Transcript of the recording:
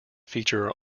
feature